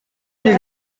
нэг